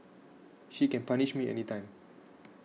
she can punish me anytime